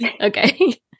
okay